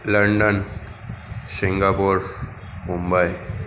London Singapore Mumbai